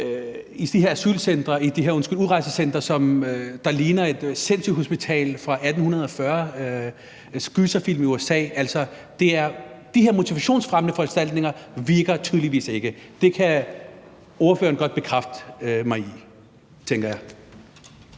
i de her udrejsecentre, der ligner sindssygehospitaler fra 1840 – som en gyserfilm fra USA. De her motivationsfremmende foranstaltninger virker tydeligvis ikke. Det kan ordføreren godt bekræfte mig i – tænker jeg.